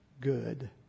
good